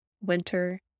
winter